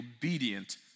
obedient